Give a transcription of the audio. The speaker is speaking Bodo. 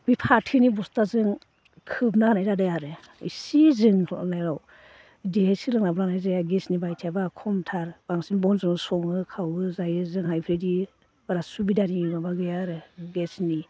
बै फाथौनि बस्थाजों खोबना होनाय जादों आरो इसे जोंनायाव इदिहाय सोलोंनाबो लानाय जाया गेसनि बाहायथियाबो खमथार बांसिन बनजोनो सङो खावो जायो जोंहा इफोरबायदि बारा सुबिदानि माबा गैया आरो गेसनि